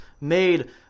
made